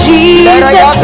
Jesus